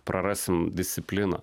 prarasim discipliną